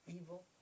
evil